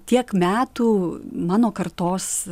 tiek metų mano kartos